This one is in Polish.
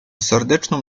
serdeczną